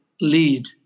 lead